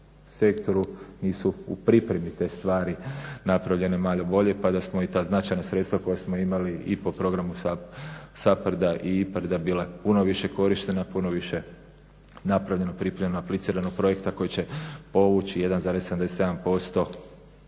sektoru nisu u pripremi te stvari napravljene malo bolje pa da smo i ta značajna sredstva koja smo imali i po programu SAPARD-a i IPARD-a bila puno više korištena, puno više napravljeno, pripremljeno, aplicirano projekta koji će povući 1,77%.